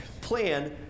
plan